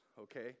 okay